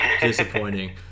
disappointing